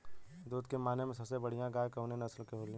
दुध के माने मे सबसे बढ़ियां गाय कवने नस्ल के होली?